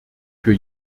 für